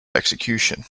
execution